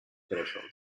threshold